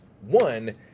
One